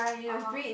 (aha)